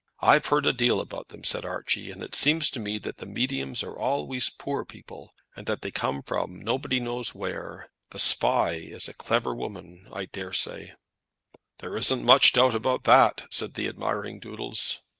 i've heard a deal about them, said archie, and it seems to me that the mediums are always poor people, and that they come from nobody knows where. the spy is a clever woman i daresay there isn't much doubt about that, said the admiring doodles.